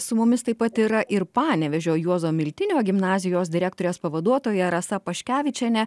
su mumis taip pat yra ir panevėžio juozo miltinio gimnazijos direktorės pavaduotoja rasa paškevičienė